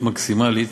מקסימלית,